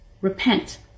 Repent